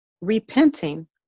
repenting